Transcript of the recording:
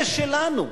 זה שלנו.